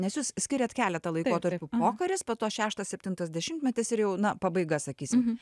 nes jūs skiriat keletą laikotarpių pokaris po to šeštas septintas dešimtmetis ir jau na pabaiga sakysim